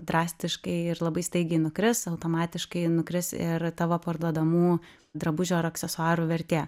drastiškai ir labai staigiai nukris automatiškai nukris ir tavo parduodamų drabužių ar aksesuarų vertė